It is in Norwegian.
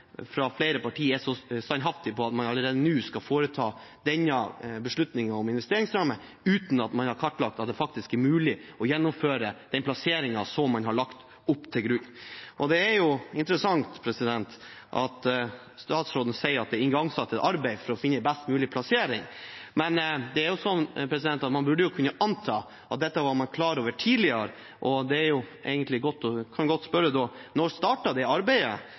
fra flere partiers side er så standhaftig på at man allerede nå skal foreta beslutningen om investeringsramme uten at man har kartlagt om det faktisk er mulig å gjennomføre den plasseringen man har lagt til grunn. Det er interessant at statsråden sier at det er igangsatt et arbeid for å finne en best mulig plassering, men man burde jo kunne anta at dette var man klar over tidligere. Da kan jeg godt spørre: Når startet det arbeidet? Hvor er skissene og den nye plasseringen av området som man skal ha? Og er det